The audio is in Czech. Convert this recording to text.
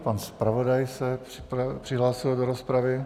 Pan zpravodaj se přihlásil do rozpravy.